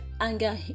anger